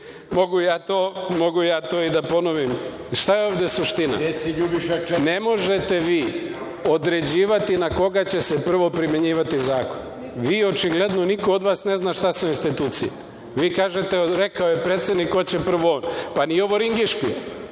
Mogu ja to i da ponovim. Šta je ovde suština. Ne možete vi određivati na koga će se prvo primenjivati zakon. Vi očigledno, niko od vas ne zna šta su institucije. Vi kažete, rekao je predsednik hoće prvo on. Nije ovo ringišpil